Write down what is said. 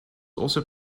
also